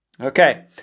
Okay